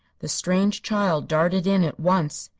the strange child darted in at once.